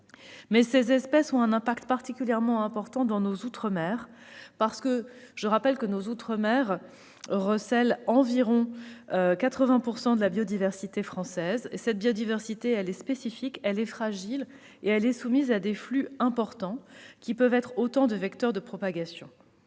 Mais ces espèces ont un impact particulièrement important dans nos outre-mer. Je le rappelle, nos outre-mer recèlent environ 80 % de la biodiversité française. Or cette biodiversité est spécifique et fragile. Elle est soumise à des flux importants, qui peuvent être autant de vecteurs de propagation.